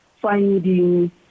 finding